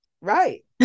right